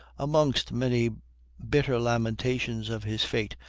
amongst many bitter lamentations of his fate,